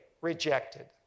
rejected